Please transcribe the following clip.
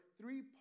three